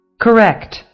Correct